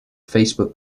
facebook